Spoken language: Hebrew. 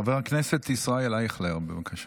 חבר הכנסת ישראל אייכלר, בבקשה.